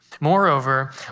Moreover